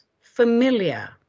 familiar